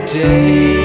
day